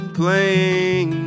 playing